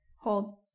Hold